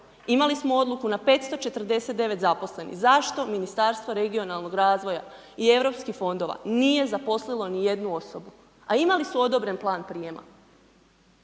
imali smo Odluku na 549 zaposlenih, zašto Ministarstvo regionalnoga razvoja i Europskih fondova nije zaposlilo ni jednu osobu, a imali su odobren Plan prijema?